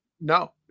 No